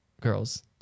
girls